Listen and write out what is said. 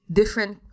different